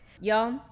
Y'all